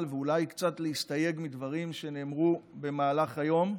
ואולי קצת להסתייג מדברים שנאמרו במהלך היום.